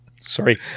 Sorry